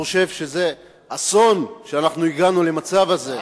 חושב שזה אסון שאנחנו הגענו למצב הזה,